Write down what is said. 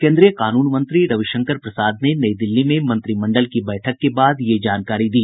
केन्द्रीय कानून मंत्री रविशंकर प्रसाद ने नई दिल्ली में मंत्रिमंडल की बैठक के बाद यह जानकारी दी